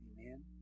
Amen